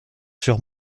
sur